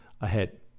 ahead